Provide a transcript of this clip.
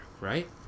right